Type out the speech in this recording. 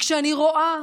כשאני רואה